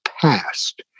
past